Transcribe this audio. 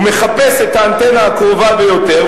הוא מחפש את האנטנה הקרובה ביותר,